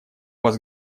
вас